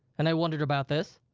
and i wondered about this.